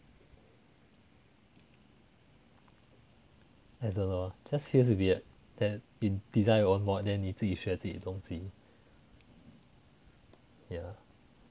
like that lor just feels weird that your design your own mod then 你自己学的东西 yeah